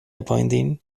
appointing